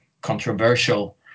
controversial